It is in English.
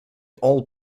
all